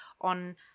on